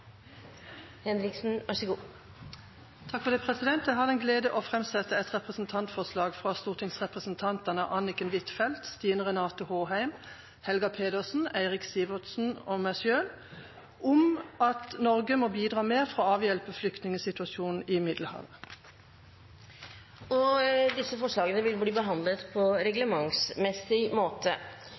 Henriksen vil framsette et representantforslag. Jeg har den glede å framsette et representantforslag fra stortingsrepresentantene Anniken Huitfeldt, Stine Renate Håheim, Helga Pedersen, Eirik Sivertsen og meg selv om at Norge må bidra mer for å avhjelpe flyktningsituasjonen i Middelhavet. Forslagene vil bli behandlet på reglementsmessig måte.